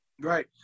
Right